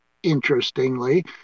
interestingly